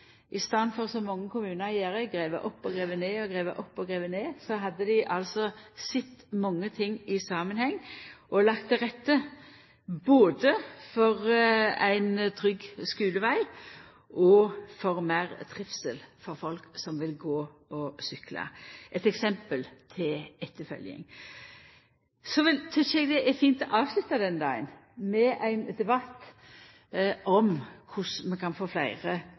i staden for det som mange kommunar gjer, grev opp og grev ned, grev opp og grev ned – sett mykje i samanheng og lagt til rette både for ein trygg skuleveg og for meir trivsel for folk som vil gå og sykle. Eit eksempel til etterfølging. Så tykkjer eg det er fint å avslutta denne dagen med ein debatt om korleis vi kan få fleire